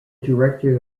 director